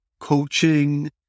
Coaching